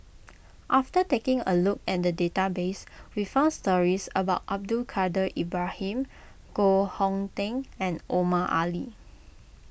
after taking a look at the database we found stories about Abdul Kadir Ibrahim Koh Hong Teng and Omar Ali